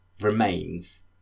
remains